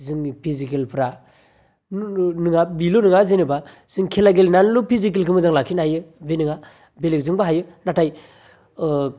जोंनि फिजिकेलफ्रा न नङा बेल नङा जेनोबा जों खेला गेलेनानैल फिजिकेलखौ मोजां लाखिनो हायो बे नङा बेलेगजोंबो हायो नाथाय ओ